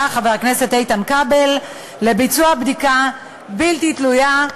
חבר הכנסת איתן כבל לבצע בדיקה בלתי תלויה,